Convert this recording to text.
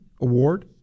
Award